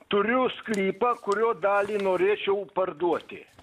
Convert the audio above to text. turiu sklypą kurio dalį norėčiau parduoti